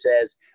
says